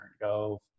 go